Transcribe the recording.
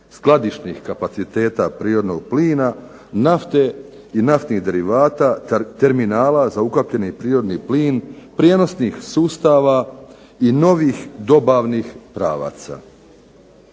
skladišnih kapaciteta prirodnog plina, nafte i naftnih derivata, terminala za ukapljeni prirodni plin, prijenosnih sustava i novih dobavnih pravaca.